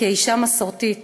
וכאישה מסורתית,